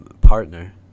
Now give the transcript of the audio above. partner